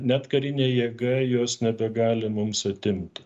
net karinė jėga jos nebegali mums atimti